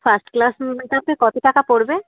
first class মেক আপে কতো টাকা পড়বে